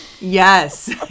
Yes